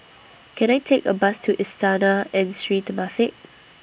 Can I Take A Bus to Istana and Sri Temasek